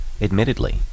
admittedly